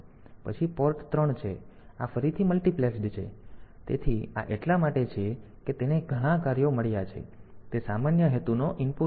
પછી પોર્ટ 3 છે તેથી આ ફરીથી મલ્ટિપ્લેક્સ્ડ છે તેથી આ એટલા માટે છે કે તેને ઘણા કાર્યો મળ્યા છે તેથી તે સામાન્ય હેતુનો IO છે